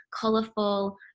colorful